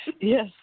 Yes